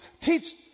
teach